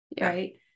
right